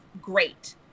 great